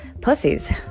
pussies